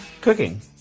Cooking